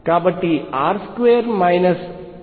కాబట్టి r2 minus 13